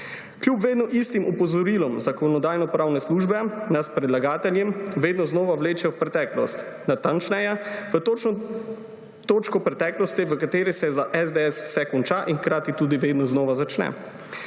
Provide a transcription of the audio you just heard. Kljub vedno istim opozorilom Zakonodajno-pravne službe nas predlagatelji vedno znova vlečejo v preteklost, natančneje v točko preteklosti, v kateri se za SDS vse konča in hkrati tudi vedno znova začne.